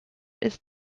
ist